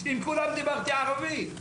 עם כולם דיברתי ערבית.